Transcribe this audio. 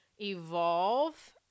evolve